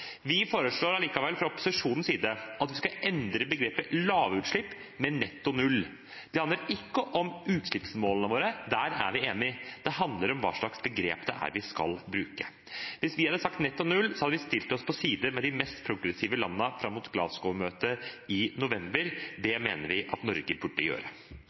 Fra opposisjonens side foreslår vi likevel at vi skal endre begrepet «lavutslipp» til «netto nullutslipp». Det handler ikke om utslippsmålene våre, der er vi enige. Det handler om hva slags begrep vi skal bruke. Hvis vi hadde sagt «netto nullutslipp», hadde vi stilt oss på samme side som de mest progressive landene fram mot Glasgow-møtet i november. Det mener vi at Norge burde gjøre.